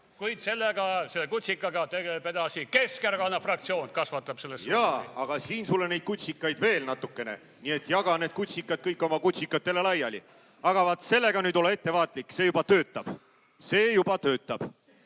Kuid sellega, selle kutsikaga tegeleb edasi Keskerakonna fraktsioon, kasvatab seda kutsikat. Jaa, aga siin on sulle neid kutsikaid veel natukene. Nii et jaga need kutsikad kõik oma kutsikatele laiali. Aga vaat sellega nüüd ole ettevaatlik, see juba töötab. See juba töötab.